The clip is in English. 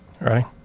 right